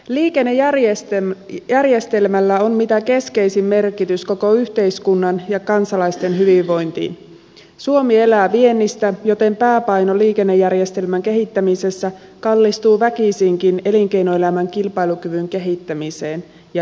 liikennejärjestelmä järjestelmällä on mitä keskeisin merkitys koko yhteiskunnan ja kansalaisten hyvinvointi suomi elää viennistä joten pääpaino liikennejärjestelmän kehittämisessä kallistuu väkisinkin elinkeinoelämän kilpailukyvyn kehittämiseen ja